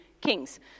kings